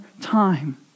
time